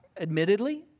admittedly